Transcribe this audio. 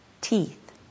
teeth